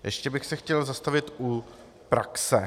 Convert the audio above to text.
Ještě bych se chtěl zastavit u praxe.